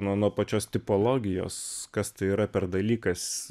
nuo pačios tipologijos kas tai yra per dalykas